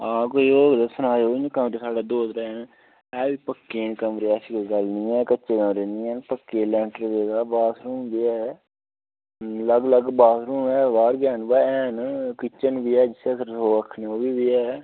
हां कोई होग तां सनाए ओ इ'यां कमरे साढ़े दौ त्रै न है बी पक्के न कमरे ऐसी कोई गल्ल नेई ऐ कच्चे कमरे नेई हैन पक्के न लैंटर पेदा बाथरुम बी ऐ अलग अलग बाथरुम न हैन बाहर गै पर हैन किचन बी ऐ जिसी अस रसोऽ आक्खने हां ओह् बी है